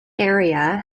area